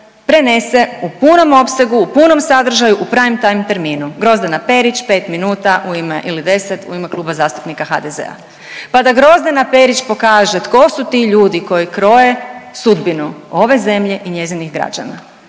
prenese u punom opsegu, u punom sadržaju u prime time terminu. Grozdana Perić pet minuta u ime ili 10 u ime Kluba zastupnika HDZ-a pa da Grozdana Perić pokaže tko su ti ljudi koji kroje sudbinu ove zemlje i njezinih građana.